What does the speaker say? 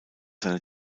seine